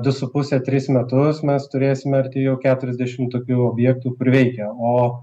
du su puse tris metus mes turėsime arti jau keturiasdešim tokių objektų kur veikia o